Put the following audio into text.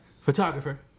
Photographer